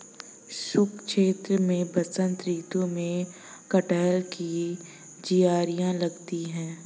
शुष्क क्षेत्र में बसंत ऋतु में कटहल की जिरीयां लगती है